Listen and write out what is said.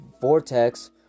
vortex